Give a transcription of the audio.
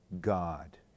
God